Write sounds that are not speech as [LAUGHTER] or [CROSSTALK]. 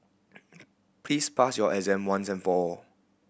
[NOISE] please pass your exam once and for all